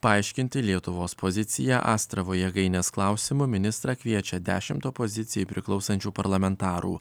paaiškinti lietuvos poziciją astravo jėgainės klausimu ministrą kviečia dešim opozicijai priklausančių parlamentarų